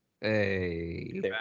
Hey